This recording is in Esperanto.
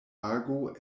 ago